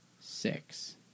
Six